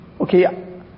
okay